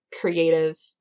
creative